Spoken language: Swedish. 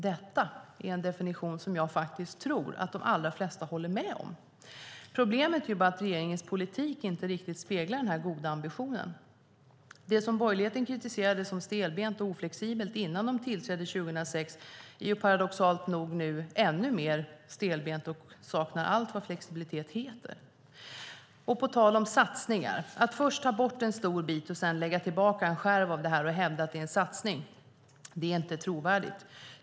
Detta är en definition som jag faktiskt tror att de allra flesta håller med om. Problemet är bara att regeringens politik inte riktigt speglar den goda ambitionen. Det som borgerligheten kritiserade som stelbent och oflexibelt innan de tillträdde 2006 är paradoxalt nog ännu mer stelbent nu och saknar allt vad flexibilitet heter. På tal om satsningar - att först ta bort en stor bit och sedan lägga tillbaka en skärv av den och hävda att det är en satsning är inte trovärdigt.